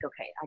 okay